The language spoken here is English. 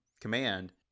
command